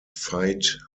veit